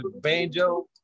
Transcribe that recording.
Banjo